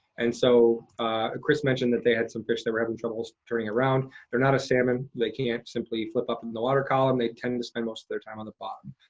and so ah kris mentioned that they had some fish that were having troubles turning around. they're not a salmon, they can't simply flip up in the water column. they tend to spend most of their time on the bottom.